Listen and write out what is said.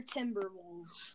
Timberwolves